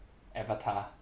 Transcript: avatar